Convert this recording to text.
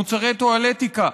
מוצרי טואלטיקה.